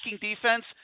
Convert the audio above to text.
defense